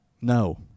No